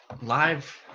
Live